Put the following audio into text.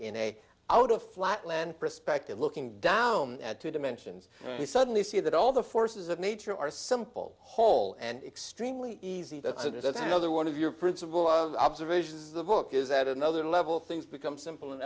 in a out of flatland perspective looking down at two dimensions we suddenly see that all the forces of nature are simple whole and extremely easy there's another one of your principle of observations is the book is at another level things become simple an